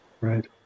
right